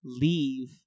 leave